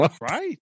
right